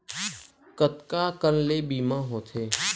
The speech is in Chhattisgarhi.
कतका कन ले बीमा होथे?